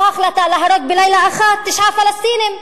או ההחלטה להרוג בלילה אחד תשעה פלסטינים,